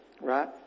Right